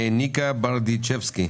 ניקה ברדיצ'בסקי,